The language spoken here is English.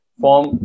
form